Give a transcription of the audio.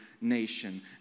nation